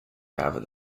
rather